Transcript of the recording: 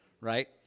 right